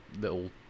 little